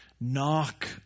knock